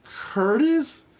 Curtis